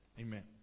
Amen